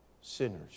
sinners